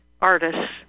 artists